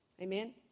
Amen